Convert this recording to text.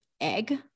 egg